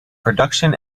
production